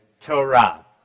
Torah